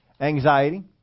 anxiety